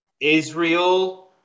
Israel